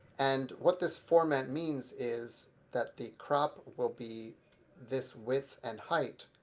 and what this format means is that the crop will be this width and height,